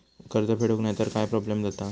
कर्ज फेडूक नाय तर काय प्रोब्लेम जाता?